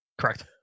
Correct